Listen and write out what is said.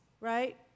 right